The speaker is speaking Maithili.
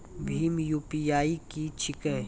भीम यु.पी.आई की छीके?